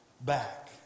back